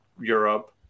Europe